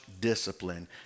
discipline